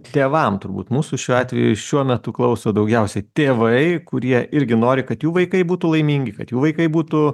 tėvam turbūt mūsų šiuo atveju šiuo metu klauso daugiausiai tėvai kurie irgi nori kad jų vaikai būtų laimingi kad jų vaikai būtų